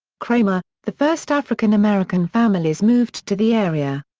kraemer, the first african american families moved to the area.